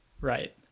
Right